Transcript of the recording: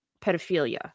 pedophilia